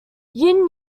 yin